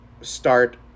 start